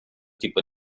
tipo